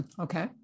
Okay